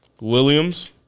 Williams